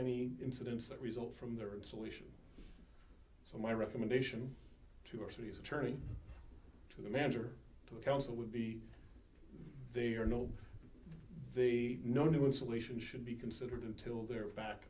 any incidents that result from their own solution so my recommendation to our city's attorney to the manager to the council would be they are no they no new installation should be considered until they're back